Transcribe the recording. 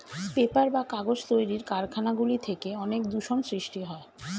paper বা কাগজ তৈরির কারখানা গুলি থেকে অনেক দূষণ সৃষ্টি হয়